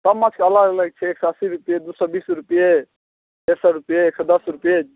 सब माछके अलग अलग छै एक सओ अस्सी रुपैए दुइ सओ बीस रुपैए एक सओ रुपैए एक सओ दस रुपैए